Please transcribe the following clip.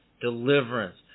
Deliverance